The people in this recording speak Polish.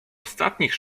ostatnich